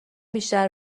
بیشتر